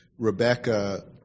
Rebecca